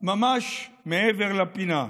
ממש מעבר לפינה.